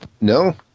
no